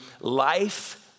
life